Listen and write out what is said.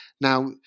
Now